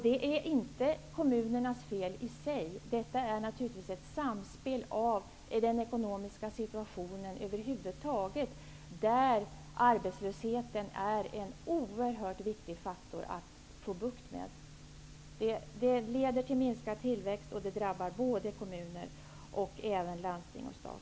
Det är inte kommunernas fel i sig. Detta är naturligtvis ett samspel i den ekonomiska situationen över huvud taget, där arbetslösheten är en oerhört viktig faktor att få bukt med. Den leder till minskad tillväxt och det drabbar kommuner liksom även landsting och stat.